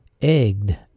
egged